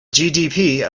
gdp